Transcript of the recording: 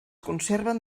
conserven